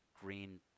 green